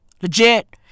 Legit